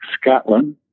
Scotland